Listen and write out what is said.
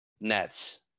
nets